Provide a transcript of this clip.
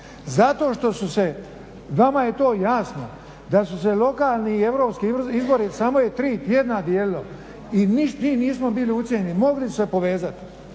Zato što su se, vama je to jasno da su se lokalni i europski izbori, samo je tri tjedna dijelilo i ništa mi nismo bili ucijenjeni, mogli su se povezati.